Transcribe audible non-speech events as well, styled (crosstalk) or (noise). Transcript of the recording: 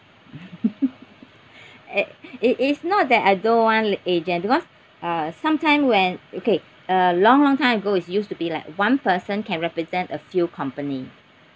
(laughs) uh it is not that I don't want agent because uh sometime when okay uh long long time ago is used to be like one person can represent a few company